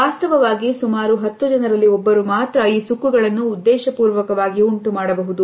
ವಾಸ್ತವವಾಗಿ ಸುಮಾರು ಹತ್ತು ಜನರಲ್ಲಿ ಒಬ್ಬರು ಮಾತ್ರ ಈ ಸುಕ್ಕುಗಳನ್ನು ಉದ್ದೇಶಪೂರ್ವಕವಾಗಿ ಉಂಟುಮಾಡಬಹುದು